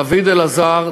דוד אלעזר,